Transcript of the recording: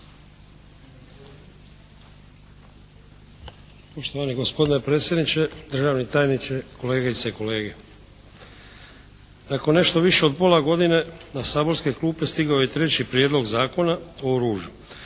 Poštovani gospodine predsjedniče, državni tajniče, kolegice i kolege. Nakon nešto više od pola godine na saborske klupe stigao je treći Prijedlog Zakona o oružju.